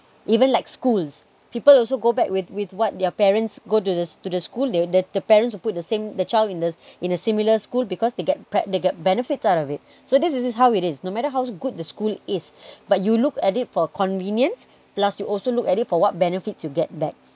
even like schools people also go back with with what their parents go to the to the school the parents will put the same the child in a similar school because they get pre~ they get benefits out of it so this is how it is no matter how good the school is but you look at it for convenience plus you also look at it for what benefits you get back